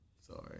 Sorry